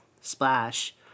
Splash